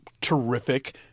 terrific